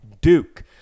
Duke